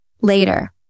later